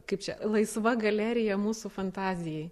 kaip čia laisva galerija mūsų fantazijai